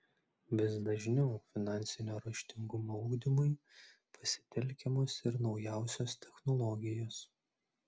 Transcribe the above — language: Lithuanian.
vis dažniau finansinio raštingumo ugdymui pasitelkiamos ir naujausios technologijos